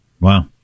Wow